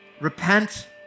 repent